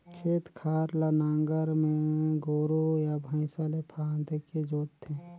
खेत खार ल नांगर में गोरू या भइसा ले फांदके जोत थे